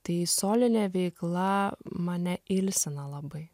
tai solinė veikla mane ilsina labai